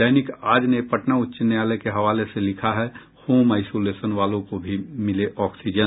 दैनिक आज ने पटना उच्च न्यायालय के हवाले से लिखा है होम आईसोलेशन वालों को भी मिले ऑक्सीजन